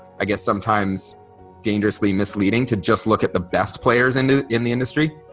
i guess sometimes dangerously misleading to just look at the best players into in the industry.